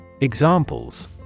Examples